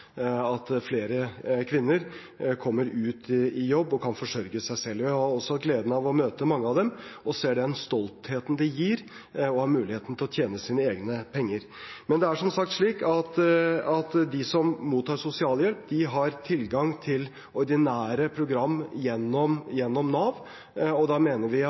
at flere kvinner kommer ut i jobb og kan forsørge seg selv. Jeg har også hatt gleden av å møte mange av dem og ser den stoltheten det gir å ha muligheten til å tjene sine egne penger. Det er, som sagt, slik at de som mottar sosialhjelp, har tilgang til ordinære program gjennom Nav. Da mener vi